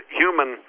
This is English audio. human